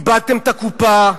איבדתם את הקופה,